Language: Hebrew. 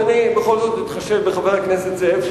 בכל זאת אני אתחשב בחבר הכנסת זאב,